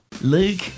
Luke